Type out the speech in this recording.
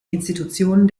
institutionen